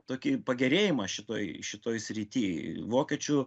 tokį pagerėjimą šitoj šitoj srity vokiečių